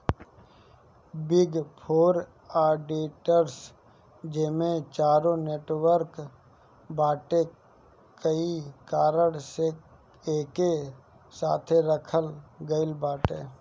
big four auditors जेमे चारो network बाटे कई कारण से एके साथे रखल गईल बाटे